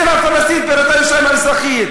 מדינה פלסטינית שבירתה ירושלים המזרחית?